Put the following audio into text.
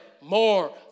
more